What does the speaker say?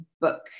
book